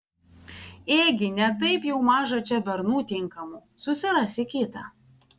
ėgi ne taip jau maža čia bernų tinkamų susirasi kitą